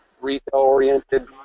retail-oriented